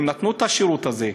הן נתנו את השירות הזה.